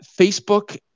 Facebook